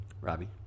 Robbie